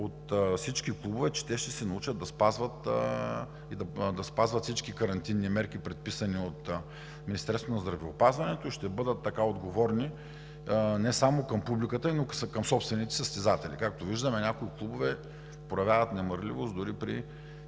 от всички клубове, че те ще се научат да спазват всички карантинни мерки, предписани от Министерството на здравеопазването, и ще бъдат така отговорни не само към публиката, но и към собствените си състезатели. Както виждаме, някои клубове проявяват немарливост дори при